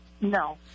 No